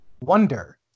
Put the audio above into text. wonder